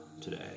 today